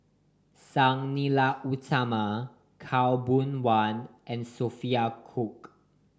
Sang Nila Utama Khaw Boon Wan and Sophia Cooke